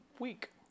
week